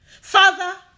Father